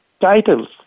titles